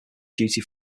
duty